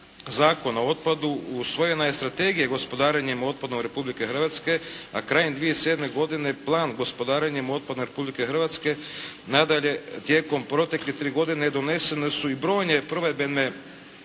Zakona o otpadu usvojena je strategija gospodarenjem otpadom Republike Hrvatske, a krajem 2007. godine plan gospodarenjem otpadom Republike Hrvatske nadalje tijekom protekle 3 godine doneseni su i brojni provedbeni